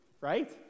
right